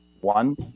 One